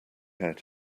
out